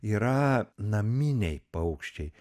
yra naminiai paukščiai